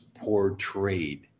portrayed